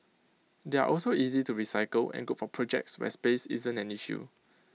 they are also easy to recycle and good for projects where space isn't an issue